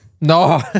No